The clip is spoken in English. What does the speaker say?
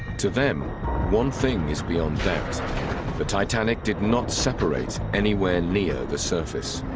to them one thing is beyond doubt the titanic did not separate anywhere near the surface